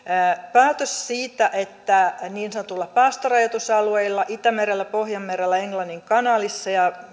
päätös siitä että niin sanotuilla päästörajoitusalueilla itämerellä pohjanmerellä englannin kanaalissa ja